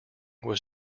was